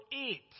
eight